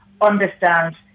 understand